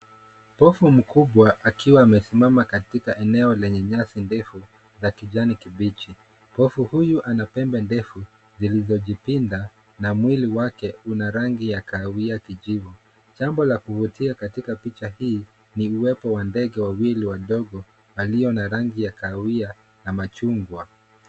Kovu mkubwa akiwa amesimama katika eneo lenye nyasi ndefu za kijani kibichi. Kovu huyu ana pembe ndefu zilizojipinda na mwili wake una rangi ya kahawia kijivu. Jambo la kuvutia katika picha hii ni uwepo wa ndege wawili wadogo walio na rangi ya kahawia na machungwa.